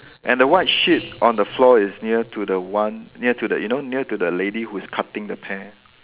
and the white sheet on the floor is near to the one near to the you know near to the lady who is cutting the pear